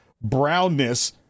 brownness